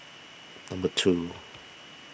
number two